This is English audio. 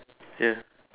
ya